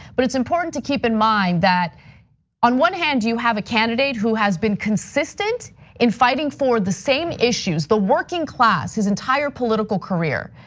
but it's important to keep in mind that on one hand you have a candidate who has been consistent in fighting for the same issues, the working class his entire political career.